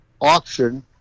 auction